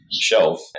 shelf